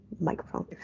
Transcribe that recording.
microphone